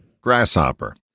Grasshopper